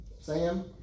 Sam